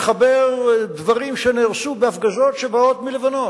לחבר דברים שנהרסו בהפגזות שבאות מלבנון,